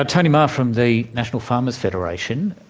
ah tony mahar from the national farmers' federation.